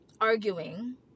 arguing